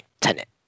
tenant